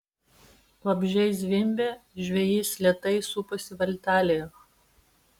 vabzdžiai zvimbė žvejys lėtai suposi valtelėje